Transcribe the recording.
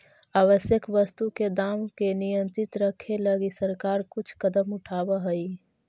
आवश्यक वस्तु के दाम के नियंत्रित रखे लगी सरकार कुछ कदम उठावऽ हइ